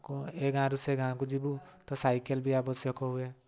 ଏ ଗାଁ'ରୁ ସେ ଗାଁ କୁ ଯିବୁ ତ ସାଇକେଲ୍ ବି ଆବଶ୍ୟକ ହୁଏ